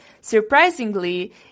Surprisingly